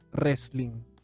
wrestling